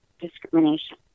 discrimination